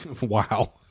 Wow